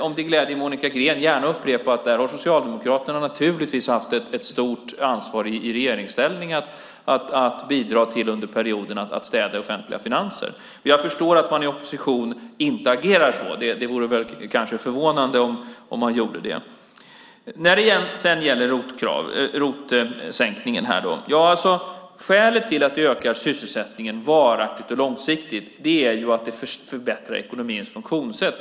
Om det gläder Monica Green kan jag gärna upprepa att Socialdemokraterna naturligtvis har haft ett stort ansvar under sina perioder i regeringsställning för att bidra till att städa i de offentliga finanserna. Jag förstår dock att man i opposition inte agerar så. Det vore kanske förvånande om man gjorde det. Sedan gällde det ROT-avdraget. Skälet till att det ökar sysselsättningen varaktigt och långsiktigt är att det förbättrar ekonomins funktionssätt.